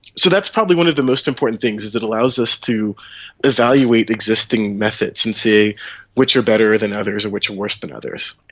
so that's probably one of the most important things, is that it allows us to evaluate existing methods and see which are better than others or which are worse than others.